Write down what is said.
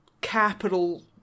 capital